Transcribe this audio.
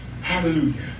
Hallelujah